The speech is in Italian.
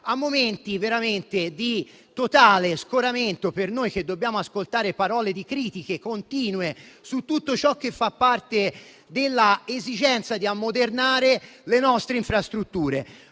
a momenti di totale scoramento, per noi che dobbiamo ascoltare parole di critica continua su tutto ciò che fa parte dell'esigenza di ammodernare le nostre infrastrutture.